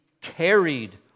carried